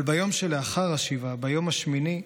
אבל ביום שלאחר השבעה, ביום השמיני,